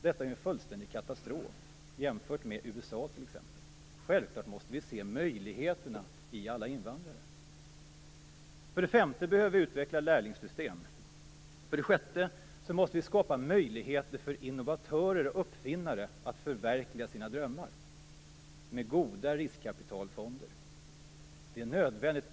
Detta är en fullständig katastrof, jämfört med t.ex. USA. Självklart måste vi se möjligheterna i alla invandrare. För det femte behöver vi utveckla lärlingssystem. För det sjätte måste vi skapa möjligheter för innovatörer och uppfinnare att förverkliga sina drömmar med goda riskkapitalfonder. Det är nödvändigt.